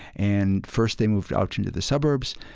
and first they moved out into the suburbs,